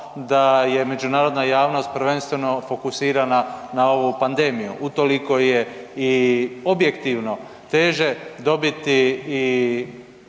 da je međunarodna javnost prvenstveno fokusirana na ovu pandemiju, utoliko je i objektivno teže dobiti